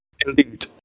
Indeed